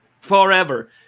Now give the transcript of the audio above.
Forever